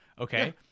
okay